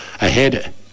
ahead